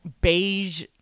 beige